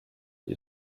you